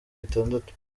bitandatu